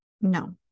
No